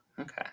okay